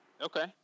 Okay